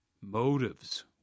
motives